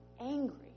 angry